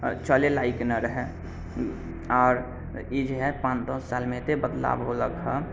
चलै लायक नहि रहै आओर ई जे हइ पाँच दश सालमे एतेक बदलाव होलक हइ